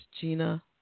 Gina